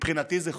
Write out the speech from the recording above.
מבחינתי זה חולני.